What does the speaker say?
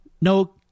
No